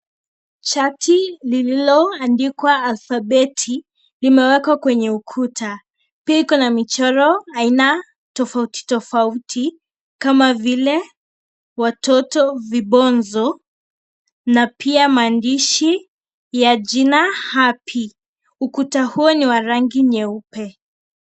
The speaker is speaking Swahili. Chati lililo andikwa alfabeti, limewekwa kwenye ukuta. Pia iko na michoro aina tofauti tofauti kama vile, watoto, vibonzo na pia maandishi ya jina happy ukuta huo ni wa rangi nyeupe.